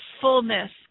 fullness